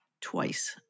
twice